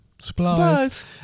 Supplies